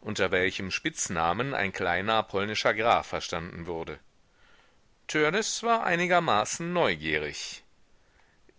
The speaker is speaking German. unter welchem spitznamen ein kleiner polnischer graf verstanden wurde törleß war einigermaßen neugierig